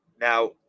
Now